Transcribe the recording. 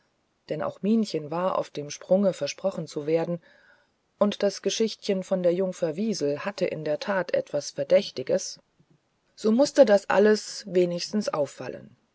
denn auch minchen war auf dem sprunge versprochen zu werden und das geschichtchen von der jungfer wiesel hatte in der tat etwas verdächtiges so mußte das alles wenigstens auffallen